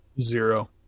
Zero